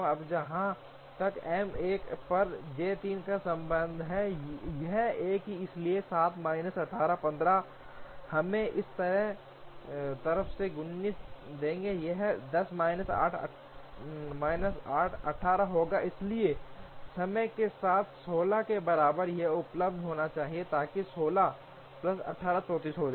अब जहां तक M 1 पर J 3 का संबंध है यह एक है इसलिए 7 माइनस 8 15 हमें इस तरफ से 19 देंगे यह 10 माइनस 8 18 होगा इसलिए समय के साथ 16 के बराबर यह उपलब्ध होना चाहिए ताकि 16 प्लस 18 34 हो जाए